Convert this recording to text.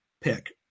pick